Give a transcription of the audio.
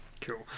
Cool